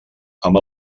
amb